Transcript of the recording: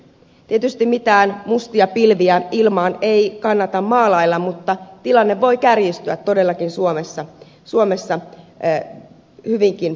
tietysti mitään mustia pilviä ilmaan ei kannata maalailla mutta tilanne voi kärjistyä todellakin suomessa hyvinkin pahaksi